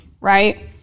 Right